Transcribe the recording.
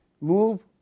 move